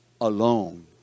Alone